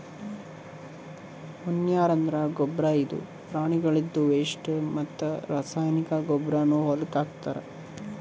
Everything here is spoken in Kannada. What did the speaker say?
ಮ್ಯಾನೂರ್ ಅಂದ್ರ ಗೊಬ್ಬರ್ ಇದು ಪ್ರಾಣಿಗಳ್ದು ವೆಸ್ಟ್ ಮತ್ತ್ ರಾಸಾಯನಿಕ್ ಗೊಬ್ಬರ್ನು ಹೊಲಕ್ಕ್ ಹಾಕ್ತಾರ್